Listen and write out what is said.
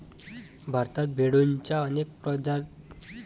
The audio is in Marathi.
भारतात भेडोंच्या अनेक प्रकारच्या जाती आढळतात